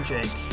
Jake